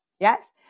Yes